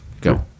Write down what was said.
go